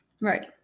right